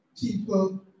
people